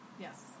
Yes